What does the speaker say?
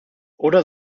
oder